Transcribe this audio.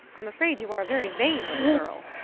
i'm afraid you are a very vain little girl.